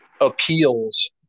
appeals